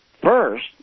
first